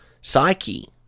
psyche